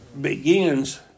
begins